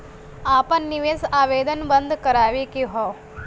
आपन निवेश आवेदन बन्द करावे के हौ?